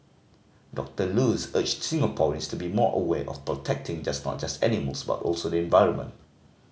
Doctor Luz urged Singaporeans to be more aware of protecting just not just animals but also the environment